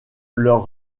leur